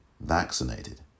vaccinated